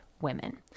women